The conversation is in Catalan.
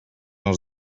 els